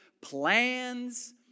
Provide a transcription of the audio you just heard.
plans